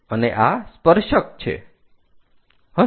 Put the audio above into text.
અને આ સ્પર્શક હશે